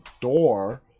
door